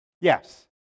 Yes